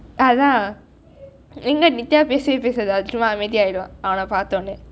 அதான் எங்கே:athaan enkei nithya பேசவே பேசாது அது சும்மா அமைதியாயிரும் அவளே பார்த்தோனே:pesavei pesathu athu summa amaithiyayirum avalai paarthonei